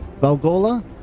Valgola